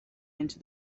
into